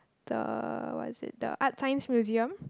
the what is it the ArtScience Museum